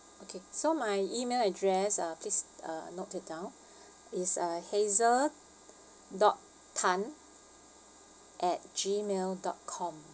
okay so my email address uh please uh note it down is uh hazel dot tan at gmail dot com